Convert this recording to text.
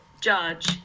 judge